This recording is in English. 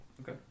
Okay